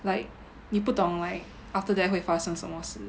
like 你不懂 like after that 会发生什么事